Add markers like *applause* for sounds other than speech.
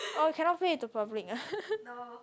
oh you cannot put it into public ah *laughs*